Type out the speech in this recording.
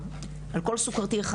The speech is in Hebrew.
על כל סוכרתי אחד,